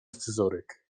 scyzoryk